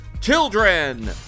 children